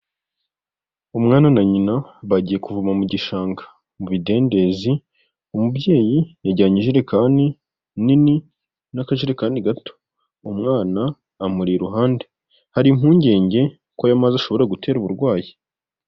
Umwana na nyina bagiye kuvoma mu gishanga mu bidendezi, umubyeyi yajyanye ijerekani nini n'akajerekani gato, umwana amuri iruhande, hari impungenge ko ayo mazi ashobora gutera uburwayi.